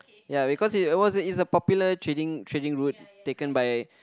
ya because it was is a popular trading trading route taken by